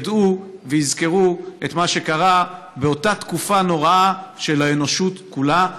ידעו ויזכרו את מה שקרה באותה תקופה נוראה של האנושות כולה.